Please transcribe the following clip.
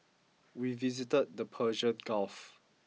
we visited the Persian Gulf